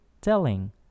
telling